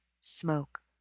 smoke